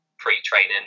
pre-training